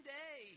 day